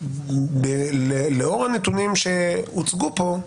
לאור הנתונים שהוצגו פה,